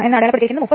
ഇവ യഥാക്രമം 0